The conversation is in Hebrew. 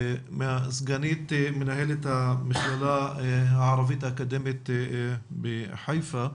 סגנית מנהלת המכללה הערבית האקדמית בחיפה.